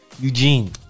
Eugene